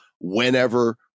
whenever